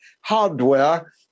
hardware